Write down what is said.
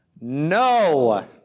no